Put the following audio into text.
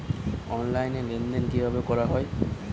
Online লেনদেন কিভাবে করা হয়?